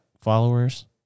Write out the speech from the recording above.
followers